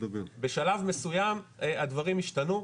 בשלב מסוים, הדברים השתנו,